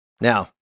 Now